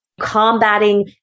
combating